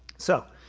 so,